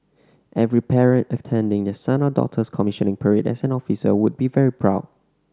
every parent attending the son or daughter's commissioning parade as an officer would be very proud